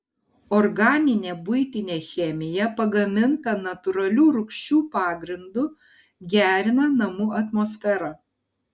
organinė buitinė chemija pagaminta natūralių rūgščių pagrindu gerina namų atmosferą